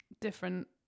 different